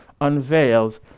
unveils